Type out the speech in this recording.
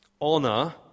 Honor